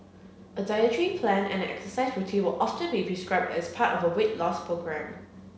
a dietary plan and exercise routine will often be prescribed as part of a weight loss programme